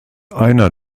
einer